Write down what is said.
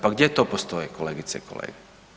Pa gdje to postoji, kolegice i kolege?